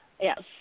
yes